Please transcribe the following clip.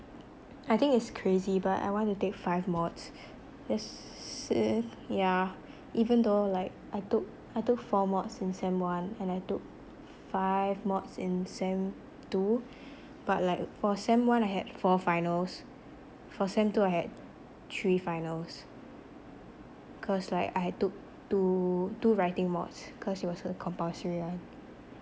I think it's crazy but I wanna take five mods that's yeah even though like I took I took four mods in sem one and I took five mods in sem two but like for sem one I had four finals for sem two I had three finals cause like I took two two writing mods cause it was compulsory [one]